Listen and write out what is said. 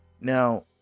now